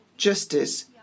justice